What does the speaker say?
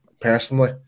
personally